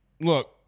look